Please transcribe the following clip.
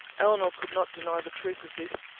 elinor could not deny the truth of this,